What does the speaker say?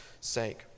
sake